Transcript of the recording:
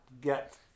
get